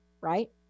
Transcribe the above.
right